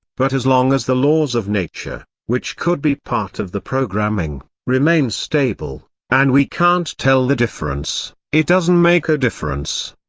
but as long as the laws of nature, which could be part of the programming, remain stable, and we can't tell the difference, it doesn't make a difference.